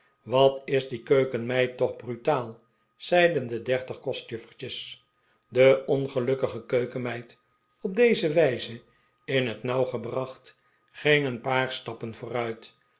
wat is die keukenmeid toch brutaal zeiden de dertig kostjuffertjes de ongelukkige keukenmeid op deze wijze in het nauw gebracht ging een paar stappen vooruit